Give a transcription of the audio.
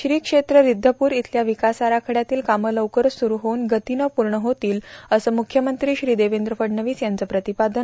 श्री क्षेत्र रिद्धपूर इथल्या विकास आराखड्यातील कामं लवकरच सुरू होऊन गतीनं पूर्ण होतील असं मुख्यमंत्री श्री देवेंद्र फडणवीस यांचं प्रतिपादन